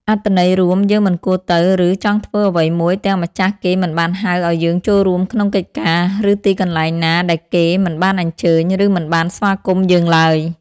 អត្ថន័យរួម យើងមិនគួរទៅ ឬ ចង់ធ្វើអ្វីមួយទាំងម្ចាស់គេមិនបានហៅឲ្យយើងចូលរួមក្នុងកិច្ចការ ឬទីកន្លែងណាដែលគេមិនបានអញ្ជើញ ឬមិនបានស្វាគមន៍យើងឡើយ។